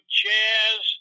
jazz